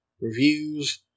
Reviews